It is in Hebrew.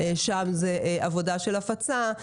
שם זה עבודה של הפצה.